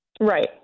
Right